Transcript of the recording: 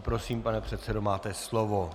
Prosím, pane předsedo, máte slovo.